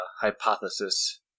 hypothesis